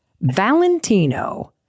Valentino